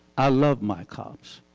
i love my cops.